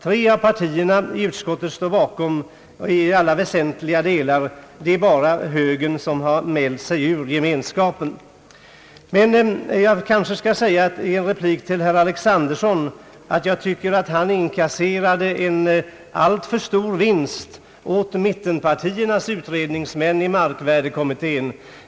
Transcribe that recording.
Tre av partierna i utskottet står bakom förslaget i alla väsentliga delar. Jag vill säga till herr Alexanderson, att jag tycker att han inkasserade en alltför stor vinst åt mittenpartiernas utredningsmän i markkommittén.